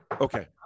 Okay